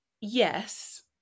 yes